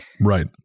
Right